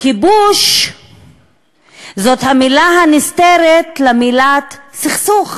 כיבוש זאת המילה הסותרת את המילה סכסוך.